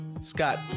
Scott